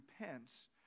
repents